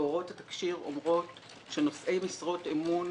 כאשר הוראות התקשי"ר אומרות שעל נושאי משרות אמון